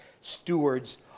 stewards